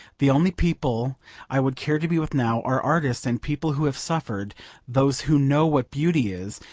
the only people i would care to be with now are artists and people who have suffered those who know what beauty is,